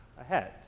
ahead